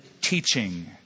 teaching